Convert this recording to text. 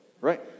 Right